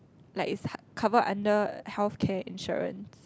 like it cover under health care insurance